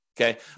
Okay